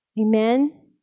Amen